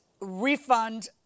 refund